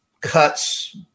cuts